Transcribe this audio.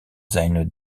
zijn